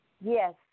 yes